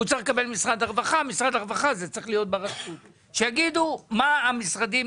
הוא צריך לקבל ממשרד הרווחה, יגידו משרד הרווחה.